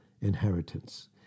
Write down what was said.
inheritance